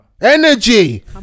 Energy